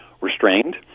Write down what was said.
restrained